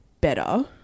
better